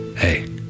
Hey